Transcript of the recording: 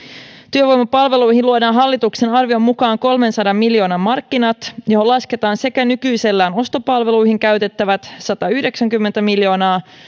työvoimapalveluihin luodaan hallituksen arvion mukaan kolmensadan miljoonan markkinat johon lasketaan sekä nykyisellään ostopalveluihin käytettävät satayhdeksänkymmentä miljoonaa